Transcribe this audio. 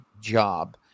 job